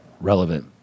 relevant